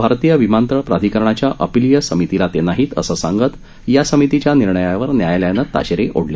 भारतीय विमानतळ प्राधिकरणाच्या अपिलिय समितीला ते नाहीत असं सांगत या समितीच्या निर्णयावर न्यायालयानं ताशेरे ओढले